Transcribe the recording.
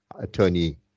attorney